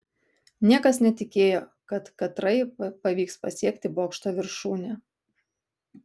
niekas netikėjo kad katrai pavyks pasiekti bokšto viršūnę